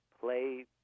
play